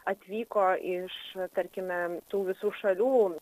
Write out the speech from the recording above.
atvyko iš tarkime tų visų šalių